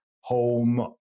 home